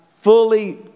fully